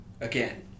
Again